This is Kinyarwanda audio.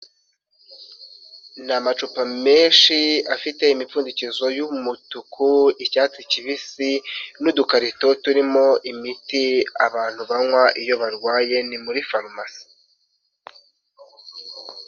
Ni amacupa menshi afite imipfundikizo y'umutuku, icyatsi kibisi n'udukarito turimo imiti abantu banywa iyo barwaye. Ni muri farumasi.